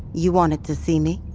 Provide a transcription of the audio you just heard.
you wanted to see me?